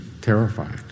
terrified